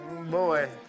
boy